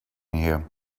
here